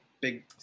big